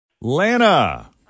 Lana